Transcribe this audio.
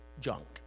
junk